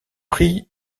prix